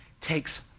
Takes